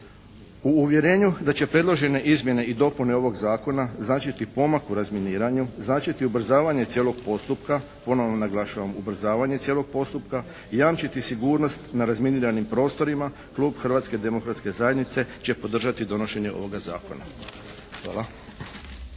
U uvjerenju da će predložene izmjene i dopune ovog zakona značiti pomak u razminiranju, znači ubrzavanje cijelog postupka, ponovo naglašavam ubrzavanje cijelog postupka, jamčiti sigurnost na razminiranim prostorima klub Hrvatske demokratske zajednice će podržati donošenje ovoga zakona. Hvala.